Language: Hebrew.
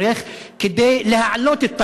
כדי להעלות את טייבה,